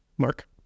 Mark